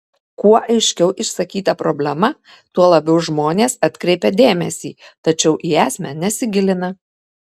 kuo aiškiau išsakyta problema tuo labiau žmonės atkreipia dėmesį tačiau į esmę nesigilina